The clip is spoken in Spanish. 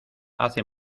hace